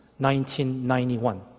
1991